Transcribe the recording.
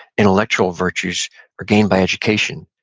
intellectual virtues are gained by education,